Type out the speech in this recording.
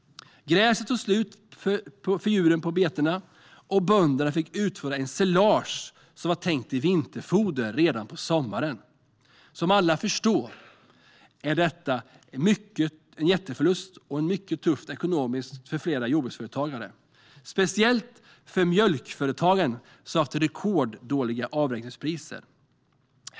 Gräset tog slut för djuren på betena, och bönderna fick utfodra ensilage som var tänkt till vinterfoder redan på sommaren. Som alla förstår var det en jätteförlust och mycket tufft ekonomiskt för flera jordbruksföretag, speciellt för mjölkföretagen som har haft rekorddåliga avräkningspriser.